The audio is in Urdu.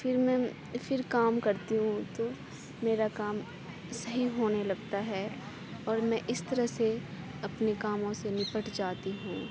پھر میں پھر کام کرتی ہوں تو میرا کام صحیح ہونے لگتا ہے اور میں اِس طرح سے اپنے کاموں سے نپٹ جاتی ہوں